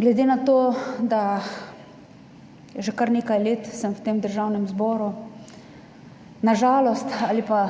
glede na to, da že kar nekaj let sem v Državnem zboru, na žalost ali pa